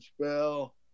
spell